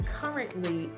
currently